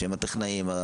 שהם הטכנאים.